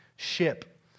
ship